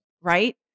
right